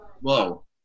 Whoa